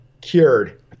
cured